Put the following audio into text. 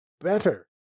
better